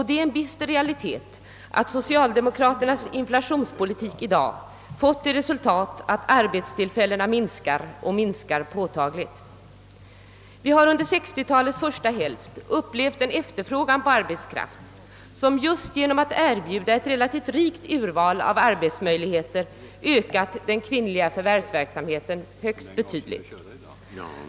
Det är en bister realitet att socialdemokraternas inflationspolitik i dag fått till resultat att arbetstillfällena minskar och minskar påtagligt. Vi har under 1960-talets första hälft upplevt en efterfrågan på arbetskraft som just genom att erbjuda ett relativt rikt urval av arbetsmöjligheter ökat den kvinnliga förvärvsverksamheten högst betydligt.